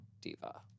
diva